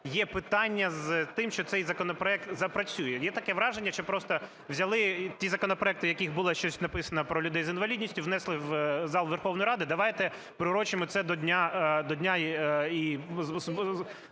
є питання з тим, що цей законопроект запрацює. Є таке враження, що просто взяли ті законопроекти, в яких було щось написано про людей з інвалідністю, внесли в зал Верховної Ради. Давайте приурочимо це до Дня